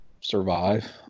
survive